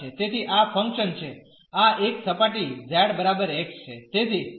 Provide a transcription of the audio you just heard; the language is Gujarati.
તેથી આ ફંકશન છે આ એક સપાટી z બરાબર x છે